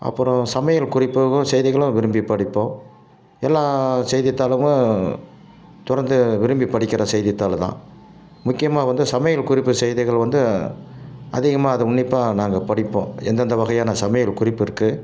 அப்புறம் சமையல் குறிப்புகளும் செய்திகளும் விரும்பி படிப்போம் எல்லா செய்தித்தாளு தொடர்ந்து விரும்பி படிக்கிற செய்தித்தாளு தான் முக்கியமாக வந்து சமையல் குறிப்பு செய்திகள் வந்து அதிகமாக அது உண்ணிப்பாக நாங்கள் படிப்போம் எந்தெந்த வகையான சமையல் குறிப்பு இருக்கு